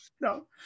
no